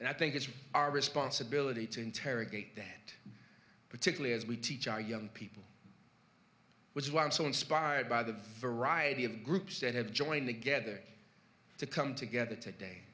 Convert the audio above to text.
and i think it's our responsibility to interrogate that particularly as we teach our young people which is why i'm so inspired by the verity of groups that have joined together to come together today